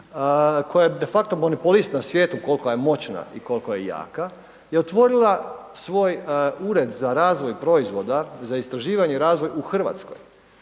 koja je de facto monopolist u svijetu koliko je moćna i koliko je jaka je otvorila svoj ured za razvoj proizvoda za istraživanje i razvoj u Hrvatskoj